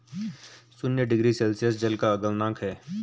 शून्य degree Celsius जल का गलनांक है